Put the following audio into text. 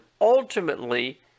ultimately